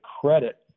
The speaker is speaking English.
credit